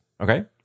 Okay